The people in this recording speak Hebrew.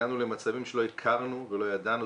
הגענו למצבים שלא הכרנו ולא ידענו.